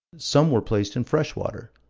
some were placed in fresh water.